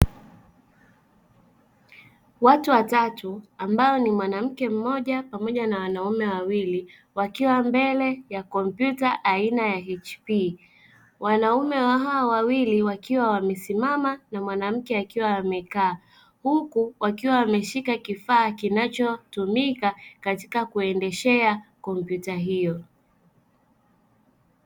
Watu watatu, mwanamke mmoja pamoja na wanaume wawili, wakiwa mbele ya kompyuta aina ya HP; wanaume hao wawili wamesimama na mwanamke akiwa amekaa, huku wakiwa wameshika kifaa kinachotumika kuendesha kompyuta hiyo.